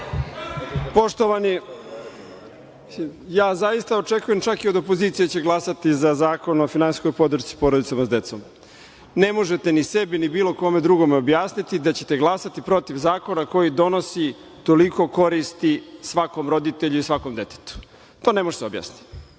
Poštovani, ja zaista očekujem čak i od opozicije da će glasati za zakon o finansijskoj podršci porodicama sa decom. Ne možete ni sebi, ni bilo kome drugome objasniti da ćete glasati protiv zakona koji donosi toliko koristi svakom roditelju i svakom detetu. To ne može da se objasni.